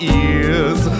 ears